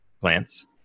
plants